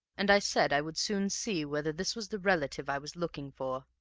and i said i would soon see whether this was the relative i was looking for,